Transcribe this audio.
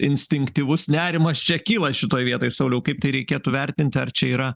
instinktyvus nerimas čia kyla šitoj vietoj sauliau kaip tai reikėtų vertinti ar čia yra